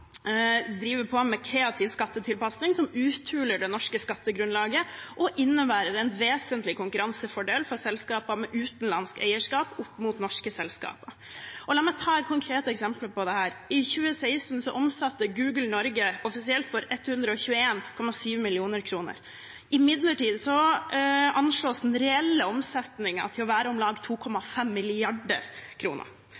driver på med kreativ skattetilpasning som uthuler det norske skattegrunnlaget, og innebærer en vesentlig konkurransefordel for selskaper med utenlandsk eierskap, opp mot norske selskaper. La meg ta et konkret eksempel på dette: I 2016 omsatte Google Norge offisielt for 121,7 mill. kr. Imidlertid anslås den reelle omsetningen til å være om lag